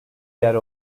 yer